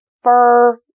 Fur